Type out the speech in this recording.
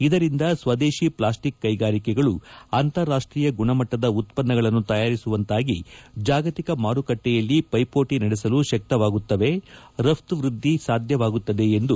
ಇದರಿಂದ ಸ್ವದೇಶಿ ಪ್ಲಾಸ್ಟಿಕ್ ಕೈಗಾರಿಕೆಗಳು ಅಂತಾರಾಷ್ಟೀಯ ಗುಣಮಟ್ಟದ ಉತ್ತನ್ನಗಳನ್ನು ತಯಾರಿಸುವಂತಾಗಿ ಜಾಗತಿಕ ಮಾರುಕಟ್ಟೆಯಲ್ಲಿ ಪೈಪೋಟ ನಡೆಸಲು ಶಕ್ತವಾಗುತ್ತವೆ ರಪ್ತು ವ್ಯದ್ಧಿ ಸಾಧ್ಯವಾಗುತ್ತದೆ ಎಂದು ಕೇಂದ್ರ ಸಚಿವರು ಎವರಿಸಿದರು